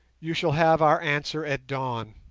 you shall have our answer at dawn